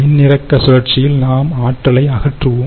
மின்னிறக்க சுழற்சியில் நாம் ஆற்றலை அகற்றுவோம்